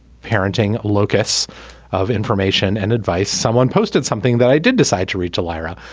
parenting locus of information and advice. someone posted something that i didn't decide to read to lyra.